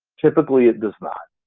typically it does not.